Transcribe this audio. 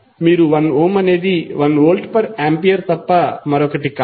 మీరు 1 ఓం అనేది 1 volt per ampere తప్ప మరొకటి కాదు